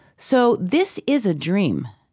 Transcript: so this is a dream,